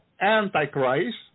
antichrist